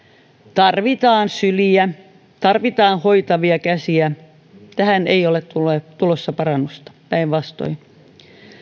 tarvitaan syliä tarvitaan hoitavia käsiä tähän ei ole tulossa parannusta päinvastoin